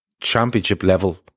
championship-level